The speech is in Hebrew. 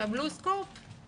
ייסגרו